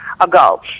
ago